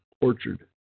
orchard